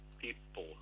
people